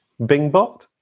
BingBot